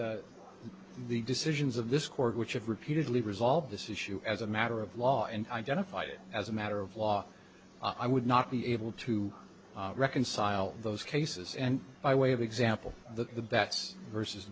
the decisions of this court which have repeatedly resolved this issue as a matter of law and identified it as a matter of law i would not be able to reconcile those cases and by way of example the bet's versus